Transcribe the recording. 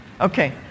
Okay